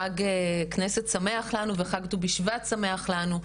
חג כנסת שמח לנו וחג ט"ו בשבט שמח לנו,